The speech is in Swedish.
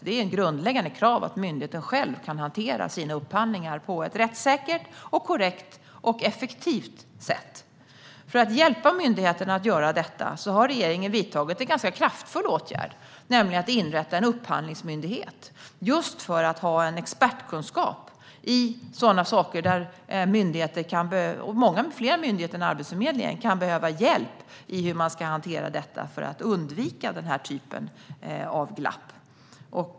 Det är ett grundläggande att myndigheten själv kan hantera sina upphandlingar på ett rättssäkert, korrekt och effektivt sätt. För att hjälpa myndigheterna att göra detta har regeringen vidtagit en ganska kraftfull åtgärd, nämligen att inrätta en upphandlingsmyndighet, just för att ha expertkunskap i frågor där myndigheter - fler myndigheter än Arbetsförmedlingen - kan behöva hjälp i att hantera detta för att undvika denna typ av glapp.